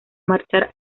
marchar